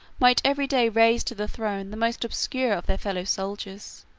might every day raise to the throne the most obscure of their fellow-soldiers.